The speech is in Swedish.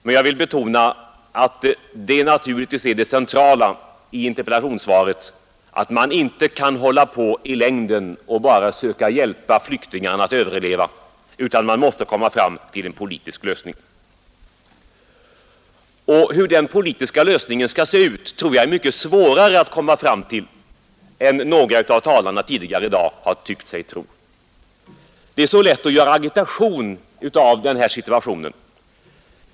Men jag vill betona att det naturligtvis är det centrala i interpellationssvaret, att man inte kan hålla på i längden att bara söka hjälpa flyktingarna att överleva, utan att man måste komma fram till en politisk lösning. Hur den politiska lösningen skall se ut tror jag är mycket svårare att komma fram till än några av talarna tidigare i dag har tyckt sig tro. Det är så lätt att göra agitation i den här situationen.